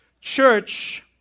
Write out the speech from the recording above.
church